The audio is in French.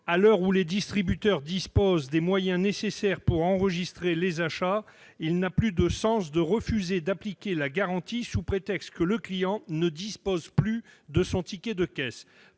À l'heure où les distributeurs disposent des moyens nécessaires pour enregistrer les achats, refuser d'appliquer la garantie sous prétexte que le client ne dispose plus de son ticket de caisse